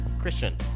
Christian